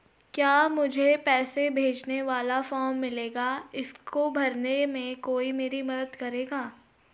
क्या मुझे पैसे भेजने वाला फॉर्म मिलेगा इसको भरने में कोई मेरी मदद करेगा?